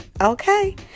okay